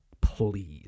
please